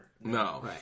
No